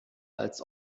als